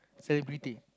celebrity